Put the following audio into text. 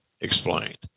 explained